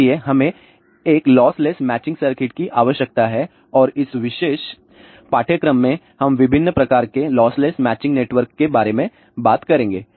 इसलिए हमें एक लॉसलैस मैचिंग सर्किट की आवश्यकता है और इस विशेष पाठ्यक्रम में हम विभिन्न प्रकार के लॉसलैस मैचिंग नेटवर्क के बारे में बात करेंगे